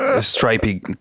stripy